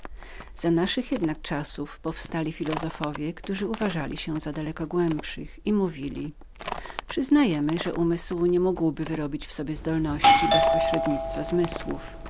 za naszych jednak czasów powstali filozofowie którzy uważali się za daleko głębszych i mówili przyznajemy że duch nie mógłby wyrobić w sobie zdolności bez pośrednictwa zmysłów